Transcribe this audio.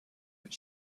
but